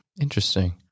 interesting